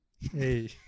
Hey